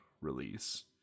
release